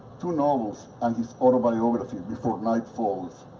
two novels and his autobiography before night falls,